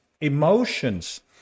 emotions